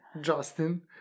Justin